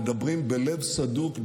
הם מדברים בלב סדוק,